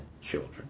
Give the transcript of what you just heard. children